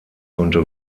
konnte